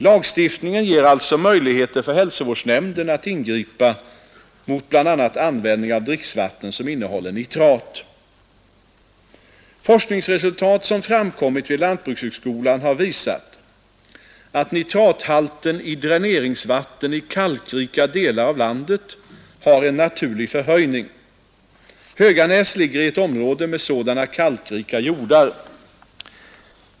Lagstiftningen ger alltså möjligheter för hälsovårdsnämnden att ingripa mot bl.a. användning av dricksvatten som innehåller nitrat. Forskningsresultat som framkommit vid lantbrukshögskolan har visat att nitrathalten i dräneringsvatten i kalkrika delar av landet har en naturlig förhöjning. Höganäs ligger i ett område med sådana kalkrika jordar.